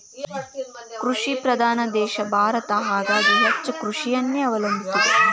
ಕೃಷಿ ಪ್ರಧಾನ ದೇಶ ಭಾರತ ಹಾಗಾಗಿ ಹೆಚ್ಚ ಕೃಷಿಯನ್ನೆ ಅವಲಂಬಿಸಿದೆ